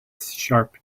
sharp